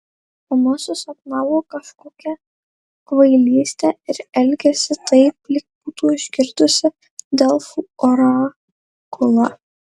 mama susapnavo kažkokią kvailystę ir elgiasi taip lyg būtų išgirdusi delfų orakulą